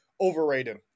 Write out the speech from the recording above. overrated